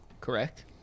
Correct